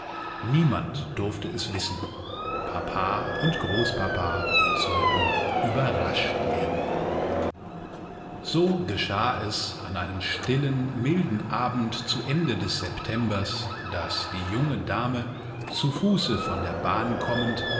niemand durfte es wissen papa und großpapa sollten überrascht werden so geschah es an einem stillen milden abend zu ende des septembers daß die junge dame zu fuße von der bahn kommend